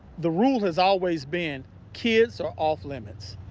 the rule has always been kids are off-limits.